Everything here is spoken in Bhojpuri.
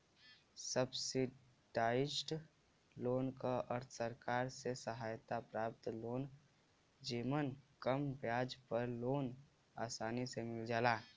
सब्सिडाइज्ड लोन क अर्थ सरकार से सहायता प्राप्त लोन जेमन कम ब्याज पर लोन आसानी से मिल जाला